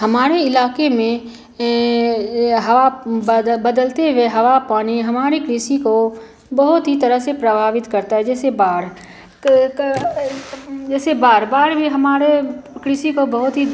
हमारे इलाके में हवा बद बदलते हुए हवा पानी हमारे कृषि को बहुत ही तरह से प्रभावित करता है जैसे बाढ़ का का जैसे बाढ़ बाढ़ भी हमारे कृषि को बहुत ही